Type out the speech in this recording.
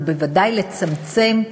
ובוודאי לצמצם,